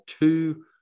two